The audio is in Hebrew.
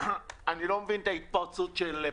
לא מבין את ההתפרצות של פרופ'